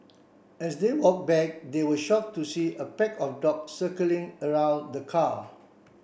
as they walk back they were shock to see a pack of dog circling around the car